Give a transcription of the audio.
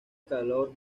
color